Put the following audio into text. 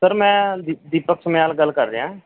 sir ਮੈਂ ਦੀਪ ਦੀਪਕ ਸਮੈਲ ਗੱਲ ਕਰ ਰਿਹਾ ਹਾਂ